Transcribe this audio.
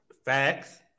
Facts